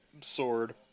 sword